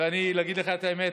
ולהגיד לך את האמת,